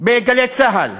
ב"גלי צה"ל".